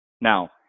Now